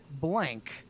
blank